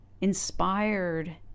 inspired